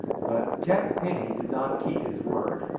but jack penny did not keep his word,